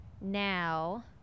now